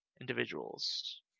individuals